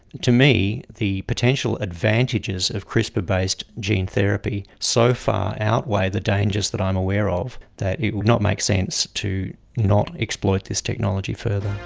to me, the potential advantages of crispr based gene therapy so far outweigh the dangers that i'm aware of, that it would not make sense to not exploit this technology further.